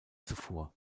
zuvor